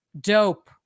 Dope